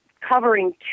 covering